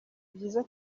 byiza